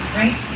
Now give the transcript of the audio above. right